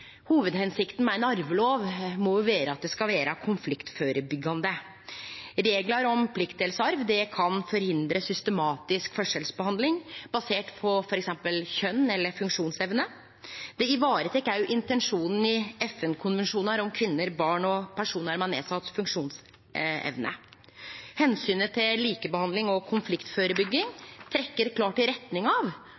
med ein arvelov må vere at det skal vere konfliktførebyggjande. Reglar om pliktdelsarv kan forhindre systematisk forskjellsbehandling, basert på f.eks. kjønn eller funksjonsevne. Det varetek òg intensjonen i FN-konvensjonar om kvinner, barn og personar med nedsett funksjonsevne. Omsynet til likebehandling og konfliktførebygging